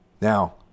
Now